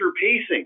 pacing